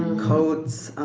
coats,